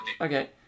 Okay